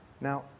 Now